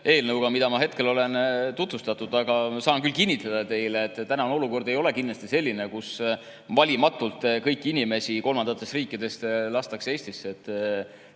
eelnõuga, mida ma hetkel olen tutvustamas, aga saan teile kinnitada, et tänane olukord ei ole kindlasti selline, et valimatult kõik inimesed kolmandatest riikidest lastakse Eestisse.